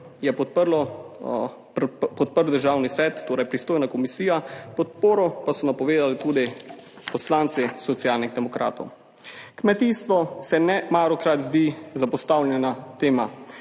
je podprl Državni svet, torej pristojna komisija, podporo pa so napovedali tudi poslanci Socialnih demokratov. Kmetijstvo se nemalokrat zdi zapostavljena tema,